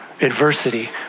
Adversity